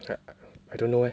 I don't know eh